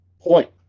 Point